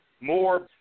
more